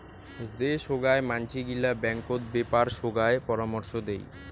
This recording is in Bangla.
যে সোগায় মানসি গিলা ব্যাঙ্কত বেপার সোগায় পরামর্শ দেই